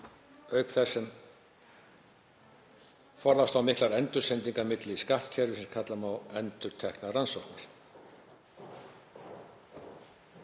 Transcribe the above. auk þess sem forðast á miklar endursendingar innan skattkerfis sem kalla á endurteknar rannsóknir.